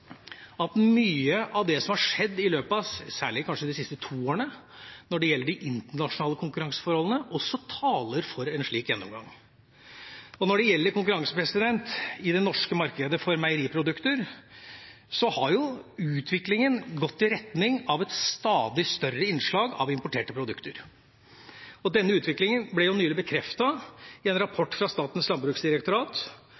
at mye av det som har skjedd i løpet av kanskje særlig de siste to årene når det gjelder de internasjonale konkurranseforholdene, også taler for en slik gjennomgang. Når det gjelder konkurranse for meieriprodukter i det norske markedet, har utviklinga gått i retning av et stadig større innslag av importerte produkter. Denne utviklinga ble nylig bekreftet i en rapport fra